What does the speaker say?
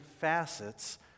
facets